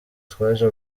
twaje